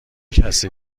کسی